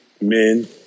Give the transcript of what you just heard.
men